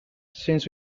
since